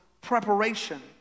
preparation